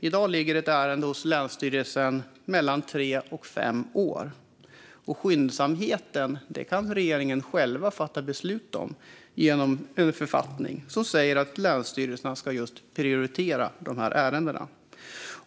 I dag ligger ett ärende hos länsstyrelsen mellan tre och fem år. Skyndsamheten kan regeringen själv fatta beslut om genom en författning som säger att länsstyrelserna ska prioritera dessa ärenden.